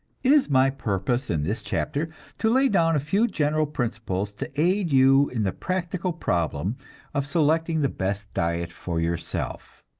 it is my purpose in this chapter to lay down a few general principles to aid you in the practical problem of selecting the best diet for yourself.